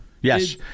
Yes